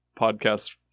podcast